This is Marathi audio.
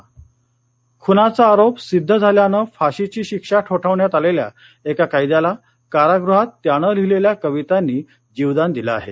कवितेने वाचवले खुनाचा आरोप सिद्ध झाल्यानं फाशीची शिक्षा ठोठावण्यात आलेल्या एका कैद्याला कारागृहात त्यानं लिहिलेल्या कवितांनी जीवदान दिलं आहे